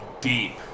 deep